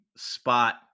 spot